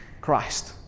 Christ